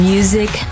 Music